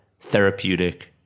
therapeutic